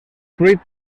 fruit